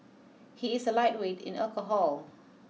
he is a lightweight in alcohol